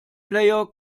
player